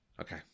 Okay